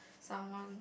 someone